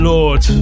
Lord